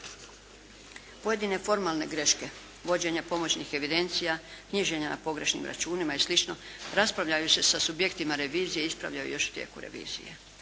Pojedine formalne greške, vođenje pomoćnih evidencija, knjiženja na pogrešnim računima i slično raspravljaju se sa subjektima revizije i ispravljaju još u tijeku revizije.